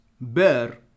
bear